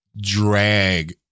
drag